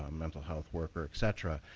um mental health worker, et cetera,